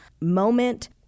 moment